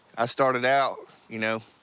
i started out, you know,